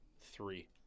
Three